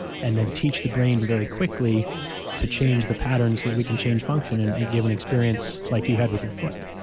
and then teach the brain very quickly to change the patterns so that we can change function and give an experience like you had with your foot